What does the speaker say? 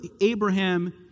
Abraham